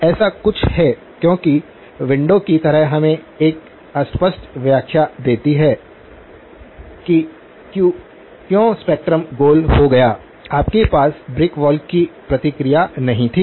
ऐसा कुछ है क्योंकि विंडो की तरह हमें एक अस्पष्ट व्याख्या देती है कि क्यों स्पेक्ट्रम गोल हो गया आपके पास ब्रिक वॉल की प्रतिक्रिया नहीं थी